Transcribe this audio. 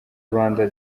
rwanda